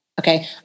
okay